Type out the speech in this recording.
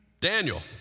Daniel